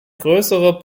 größerer